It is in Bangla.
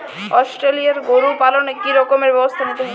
অস্ট্রেলিয়ান গরু পালনে কি রকম ব্যবস্থা নিতে হয়?